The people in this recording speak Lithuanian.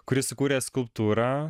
kuri sukūrė skulptūrą